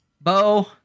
Bo